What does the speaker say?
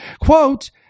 Quote